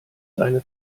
seine